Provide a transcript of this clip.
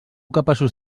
capaços